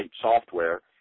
software